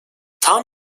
tam